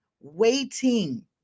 waiting